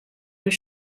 does